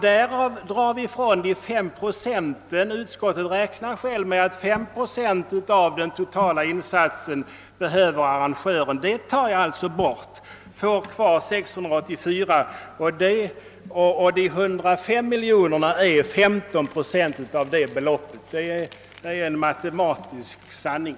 Därifrån drar vi 5 procent — utskottet räknar självt med att arrangören behöver 5 procent — och får kvar 684 miljoner kronor. 105 mil joner kronor är 15 procent av detta belopp. Det är en matematisk sanning.